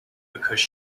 because